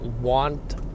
want